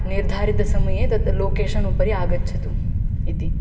निर्धारितसमये तत् लोकेशन् उपरि आगच्छतु इति